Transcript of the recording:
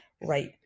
right